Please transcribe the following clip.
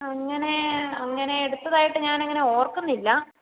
അങ്ങനെ അങ്ങനെ എടുത്തതായിട്ട് ഞാൻ അങ്ങനെ ഓർക്കുന്നില്ല